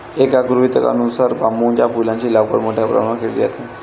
एका गृहीतकानुसार बांबूच्या फुलांची लागवड मोठ्या प्रमाणावर केली जाते